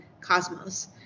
Cosmos